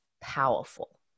powerful